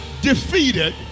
defeated